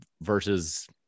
versus